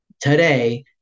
today